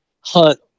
hunt